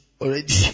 already